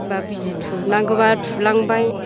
एबा बिजि थुनांगौब्ला थुलांबाय